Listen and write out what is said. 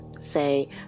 say